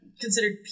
considered